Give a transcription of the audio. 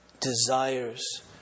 desires